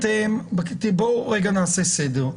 בואו נעשה סדר.